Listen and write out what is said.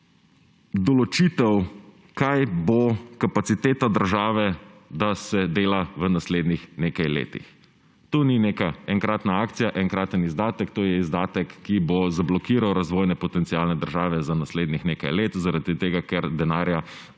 določitev, kaj bo kapaciteta države, da se dela v naslednjih nekaj letih. To ni neka enkratna akcija, enkraten izdatek, to je izdatek, ki bo zablokiral razvojne potenciale države za naslednjih nekaj let, ker denarja